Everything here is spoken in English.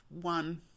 one